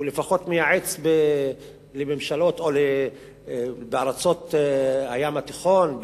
הוא לפחות מייעץ לממשלות בארצות הים התיכון,